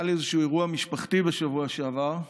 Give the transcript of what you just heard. היה לי איזשהו אירוע משפחתי בשבוע שעבר,